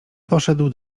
poszedł